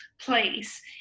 place